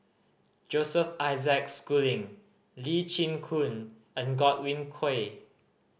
Joseph Isaac Schooling Lee Chin Koon and Godwin Koay